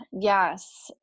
Yes